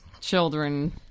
children—